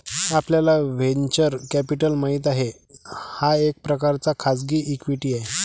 आपल्याला venture capital माहित आहे, हा एक प्रकारचा खाजगी इक्विटी आहे